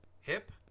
Hip